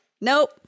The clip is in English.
Nope